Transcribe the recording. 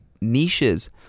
niches